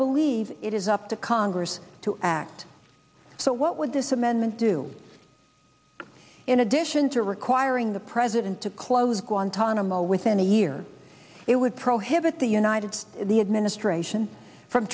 believe it is up to congress to act so what would this amendment do in addition to requiring the president to close guantanamo within a year it would prohibit the united states the administration from